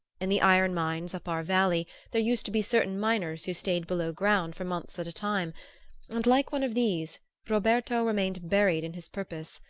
in the iron-mines up our valley there used to be certain miners who stayed below ground for months at a time and, like one of these, roberto remained buried in his purpose,